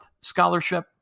scholarship